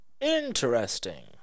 Interesting